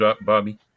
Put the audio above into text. Bobby